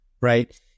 right